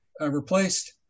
replaced